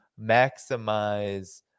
maximize